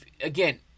Again